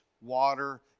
water